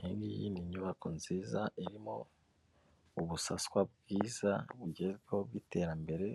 Iyi ni iyindi nyubako nziza irimo ubusaswa bwiza bugezweho bw'iterambere,